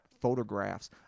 photographs